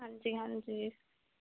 ਹਾਂਜੀ ਹਾਂਜੀ